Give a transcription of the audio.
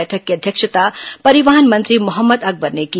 बैठक की अध्यक्षता परिवहन मंत्री मोहम्मद अकबर ने की